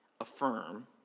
affirm